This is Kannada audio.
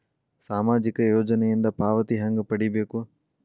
ಸಾಮಾಜಿಕ ಯೋಜನಿಯಿಂದ ಪಾವತಿ ಹೆಂಗ್ ಪಡಿಬೇಕು?